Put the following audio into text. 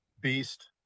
beast